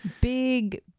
Big